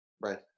Right